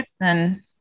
then-